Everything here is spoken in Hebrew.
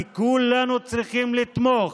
כי כולנו צריכים לתמוך